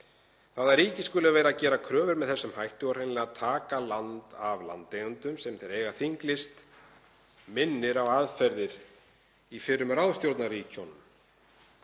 Það að ríkið skuli vera að gera kröfur með þessum hætti og hreinlega taka land af landeigendum sem þeir eiga þinglýst minnir á aðferðir í fyrrum ráðstjórnarríkjunum.